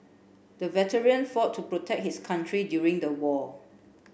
the veteran fought to protect his country during the war